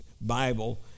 Bible